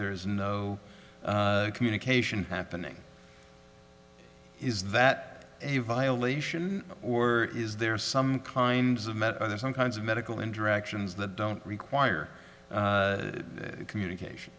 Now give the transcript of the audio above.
there is no communication happening is that a violation or is there some kind of met are there some kinds of medical interactions that don't require communication